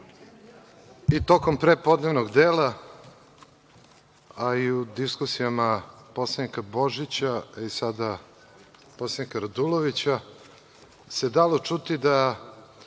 I tokom prepodnevnog dela, a i u diskusijama poslanika Božića i sada poslanika Radulovića, se dalo čuti da